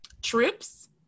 trips